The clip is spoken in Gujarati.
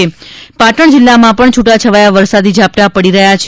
ત્યારે પાટણ જિલ્લામાં પણ છૂટા છવાયા વરસાદી ઝાપટાં પડી રહ્યા છે